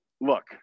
look